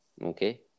Okay